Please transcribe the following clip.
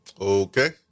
Okay